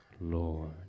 Lord